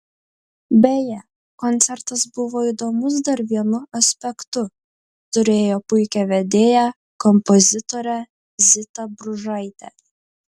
beje koncertas buvo įdomus dar vienu aspektu turėjo puikią vedėją kompozitorę zitą bružaitę